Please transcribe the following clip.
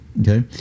Okay